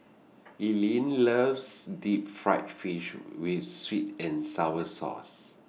Eileen loves Deep Fried Fish with Sweet and Sour Sauce